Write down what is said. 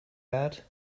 that